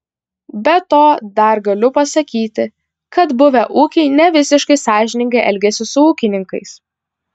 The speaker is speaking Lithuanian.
be to dar galiu pasakyti kad buvę ūkiai nevisiškai sąžiningai elgiasi su ūkininkais